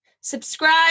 subscribe